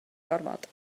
gormod